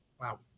Wow